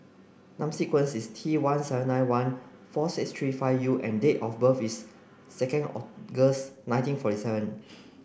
number sequence is T seven nine one four six three five U and date of birth is second August nineteen forty seven